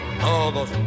todos